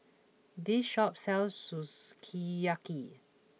this shop sells Sukiyaki